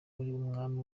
umwami